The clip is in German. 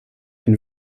ein